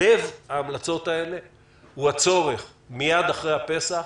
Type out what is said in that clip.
לב ההמלצות הוא להתחיל מיד אחרי הפסח